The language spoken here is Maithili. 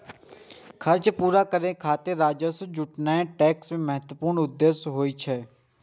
खर्च पूरा करै खातिर राजस्व जुटेनाय टैक्स के महत्वपूर्ण उद्देश्य होइ छै